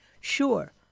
Sure